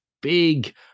big